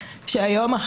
וגם היום,